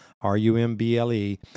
R-U-M-B-L-E